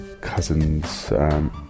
cousins